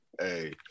Hey